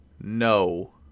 No